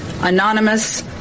anonymous